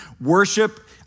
worship